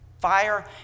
fire